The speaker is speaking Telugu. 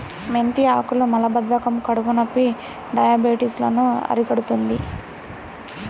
మెంతి ఆకులు మలబద్ధకం, కడుపునొప్పి, డయాబెటిస్ లను అరికడుతుంది